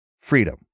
freedom